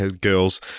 girls